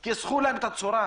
כי התקבלה החלטה